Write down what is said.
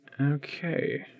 Okay